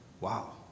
Wow